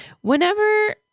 whenever